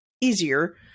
easier